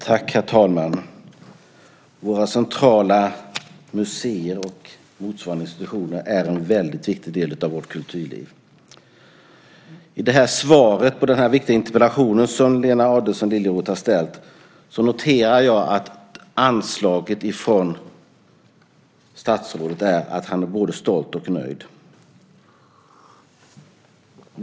Herr talman! Våra centrala museer och motsvarande institutioner är en väldigt viktig del av vårt kulturliv. I svaret på denna viktiga interpellation som Lena Adelsohn Liljeroth har ställt noterar jag att anslaget från statsrådet är att han är både stolt och nöjd.